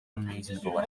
unreasonable